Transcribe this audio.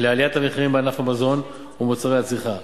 לעליית המחירים בענף המזון ומוצרי הצריכה.